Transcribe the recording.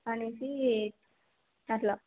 అని అట్ల